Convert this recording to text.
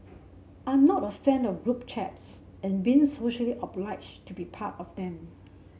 I'm not a fan of group chats and being socially obliged to be part of them